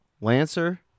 Lancer